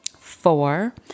Four